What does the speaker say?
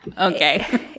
okay